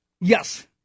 Yes